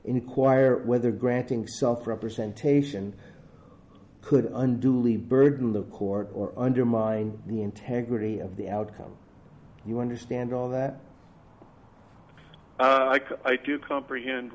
inquire whether granting self representation could undo lee burden the court or undermine the integrity of the outcome you understand all that do you comprehend